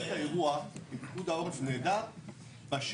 את האירוע עם פיקוד העורף נהדר בשגרה.